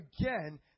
again